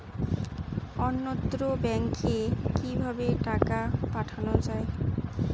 অন্যত্র ব্যংকে কিভাবে টাকা পাঠানো য়ায়?